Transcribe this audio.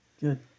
good